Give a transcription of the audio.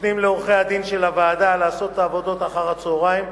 נותנים לעורכי-הדין של הוועדה לעשות את העבודות אחר-הצהריים.